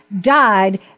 died